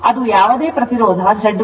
ಅದು ಯಾವದೇ ಪ್ರತಿರೋಧ Z1 Z2 Z3 ಆಗಿರುತ್ತದೆ